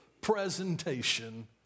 presentation